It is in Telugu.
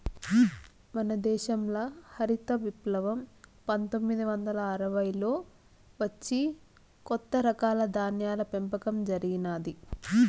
మన దేశంల హరిత విప్లవం పందొమ్మిది వందల అరవైలలో వచ్చి కొత్త రకాల ధాన్యాల పెంపకం జరిగినాది